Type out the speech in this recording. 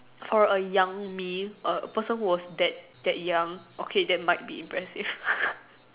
for a young me a person who was that that young okay that might be impressive